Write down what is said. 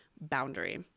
boundary